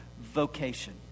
Vocation